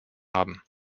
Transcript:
haben